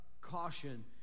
caution